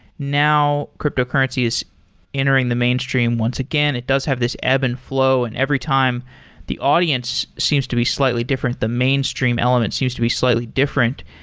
now, cryptocurrency is entering the mainstream once again. it does have this ebb and flow, and every time the audience seems to be slightly different, the mainstream element seems to be slightly different.